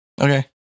Okay